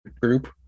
group